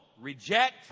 reject